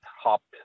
hopped